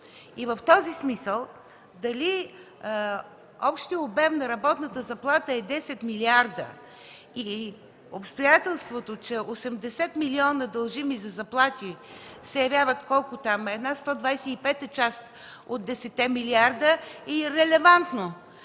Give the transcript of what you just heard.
И в този смисъл дали общият обем на работната заплата е 10 милиарда или обстоятелството, че 80 милиона, дължими за заплати, се явяват една сто двадесет и пета част от десетте милиарда, е ирелевантно.